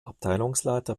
abteilungsleiter